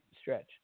stretch